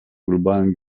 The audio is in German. globalen